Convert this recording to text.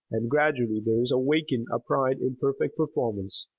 and gradually there is awakened a pride in perfect performance,